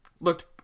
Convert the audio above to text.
looked